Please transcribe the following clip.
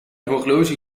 horloge